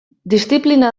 diziplina